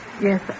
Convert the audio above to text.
Yes